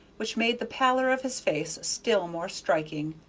which made the pallor of his face still more striking,